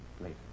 Later